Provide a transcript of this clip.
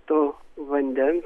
to vandens